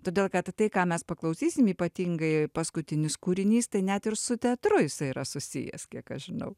todėl kad tai ką mes paklausysim ypatingai paskutinis kūrinys tai net ir su teatru jisai yra susijęs kiek aš žinau